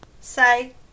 say